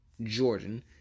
Jordan